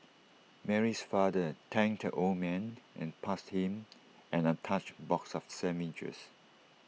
Mary's father thanked the old man and passed him an untouched box of sandwiches